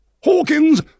Hawkins